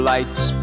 Lights